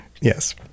Yes